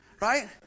Right